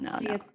no